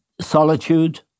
solitude